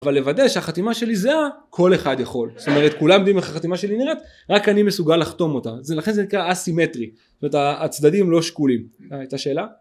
אבל לוודא שהחתימה שלי זהה, כל אחד יכול. זאת אומרת כולם יודעים איך החתימה שלי נראית, רק אני מסוגל לחתום אותה. לכן זה נקרא אסימטרי, זאת אומרת הצדדים לא שקולים. הייתה שאלה?